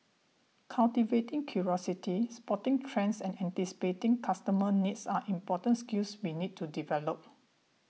cultivating curiosity spotting trends and anticipating customer needs are important skills we need to develop